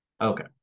Okay